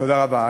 תודה רבה.